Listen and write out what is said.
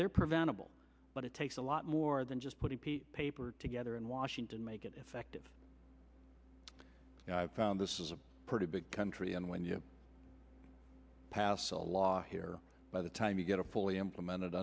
they're preventable but it takes a lot more than just putting paper together in washington make it effective this is a pretty big country and when you pass a law here by the time you get a fully implemented